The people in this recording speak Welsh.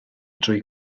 drwy